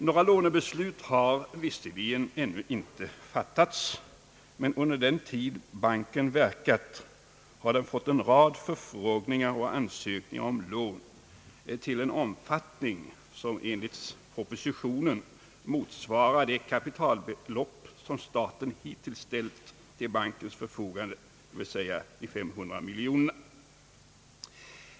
Några lånebeslut har visserligen ännu inte fattats, men under den tid som banken verkat har den fått en rad förfrågningar och ansökningar om lån till en omfattning, som enligt propositionen motsvarar det kapitalbelopp som staten hittills ställt till bankens förfogande, dvs. 500 miljoner kronor.